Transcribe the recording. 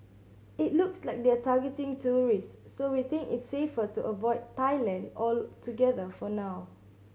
it looks like they're targeting tourists so we think it's safer to avoid Thailand altogether for now